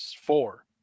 four